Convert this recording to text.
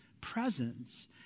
presence